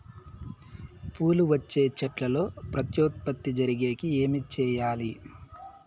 పూలు వచ్చే చెట్లల్లో ప్రత్యుత్పత్తి జరిగేకి ఏమి చేయాలి?